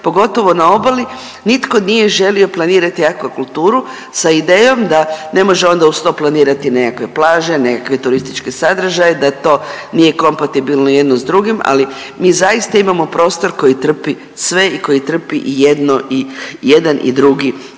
pogotovo na obali nitko nije želio planirati aquakulturu sa idejom da ne može onda uz to planirati nekakve plaže, nekakve turističke sadržaje, da to nije kompatibilno jedno s drugim. Ali mi zaista imamo prostor koji trpi sve i koji trpi jedan i drugi